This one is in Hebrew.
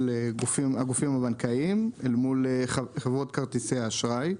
הגופים הבנקאיים אל מול חברות כרטיסי האשראי.